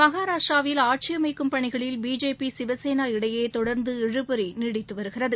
மஹாராஷ்ட்ராவில் ஆட்சி அமைக்கும் பணிகளில் பிஜேபி சிவசேனா இடையே தொடர்ந்து இழுபறி நீடித்து வருகிறது